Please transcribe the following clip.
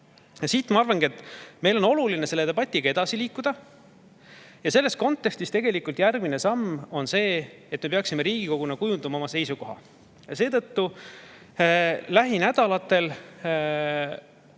Ma arvan, et meil on oluline selle debatiga edasi liikuda. Selles kontekstis on järgmine samm see, et me peaksime Riigikoguna kujundama oma seisukoha. Seetõttu algatan